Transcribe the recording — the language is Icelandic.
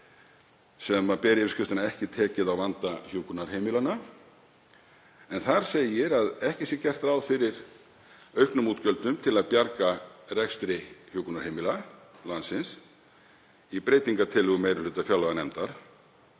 sem ber yfirskriftina: Ekki tekið á vanda hjúkrunarheimilanna. Þar segir að ekki sé gert ráð fyrir auknum útgjöldum til að bjarga rekstri hjúkrunarheimila landsins í breytingartillögum meiri hluta fjárlaganefndar